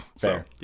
Fair